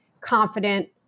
confident